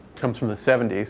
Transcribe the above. comes from the seventy s.